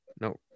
No